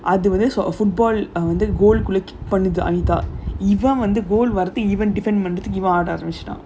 football வந்து:vandhu goal குள்ள:kulla anita even when the goal இவன் வந்து:ivan vandhu even defend பண்ண ஆரம்பிச்சுட்டான்:panna aarambichitaan